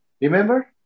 Remember